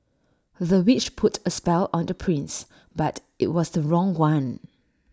the witch put A spell on the prince but IT was the wrong one